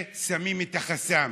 ושמים את החסם.